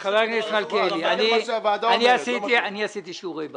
חבר הכנסת מלכיאלי, עשיתי שיעורי בית,